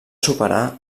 superar